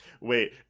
Wait